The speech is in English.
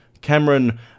Cameron